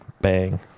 bang